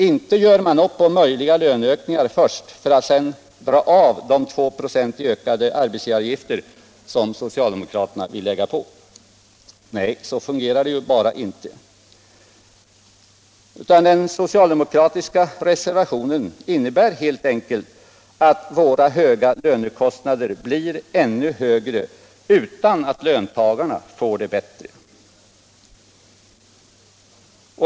Inte gör man upp om möjliga löneökningar först för att sedan dra av de 2 96 i ökade arbetsgivaravgifter som socialdemokraterna vill lägga på! Nej, så fungerar det bara inte. Den socialdemokratiska reservationen innebär helt enkelt att våra höga lönekostnader blir ännu högre utan att löntagarna får det bättre.